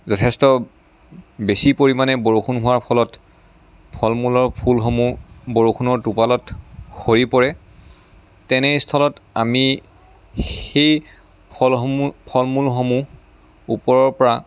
যথেষ্ট বেছি পৰিমাণে বৰষুণ হোৱাৰ ফলত ফল মূলৰ ফুলসমূহ বৰষুণৰ টোপালত সৰি পৰে তেনেস্থলত আমি সেই ফলসমূহ ফল মূলসমূহ ওপৰৰ পৰা